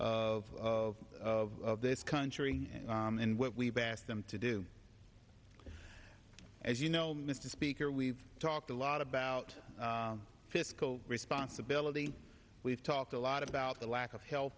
behalf of this country and what we've asked them to do as you know mr speaker we've talked a lot about fiscal responsibility we've talked a lot about the lack of health